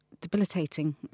debilitating